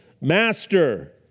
master